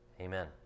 Amen